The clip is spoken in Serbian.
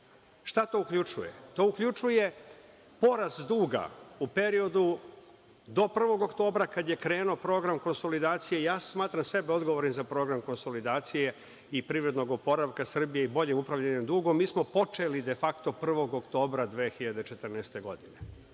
to uključuje? To uključuje porast duga u periodu do 1. oktobra kada je krenuo program konsolidacije, smatram sebe odgovornim za program konsolidacije i privrednog oporavka Srbije i boljim upravljanjem dugom, mi smo počeli de fakto 1. oktobra 2014. godine.